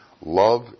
Love